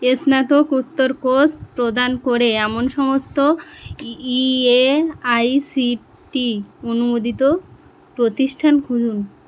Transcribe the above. স্নাতকোত্তর কোর্স প্রদান করে এমন সমস্ত ই এ আই সি টি অনুমোদিত প্রতিষ্ঠান খুঁজুন